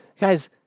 Guys